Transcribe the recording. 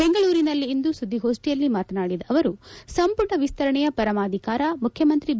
ಬೆಂಗಳೂರಿನಲ್ಲಿಂದು ಸುಧ್ದಿಗೋಷ್ಠಿಯಲ್ಲಿ ಮಾತನಾಡಿದ ಆವರು ಸಂಪುಟ ಎಸ್ತರಣೆಯ ಪರಮಾಧಿಕಾರ ಮುಖ್ವಮಂತ್ರಿ ಬಿ